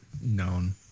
known